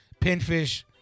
pinfish